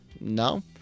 No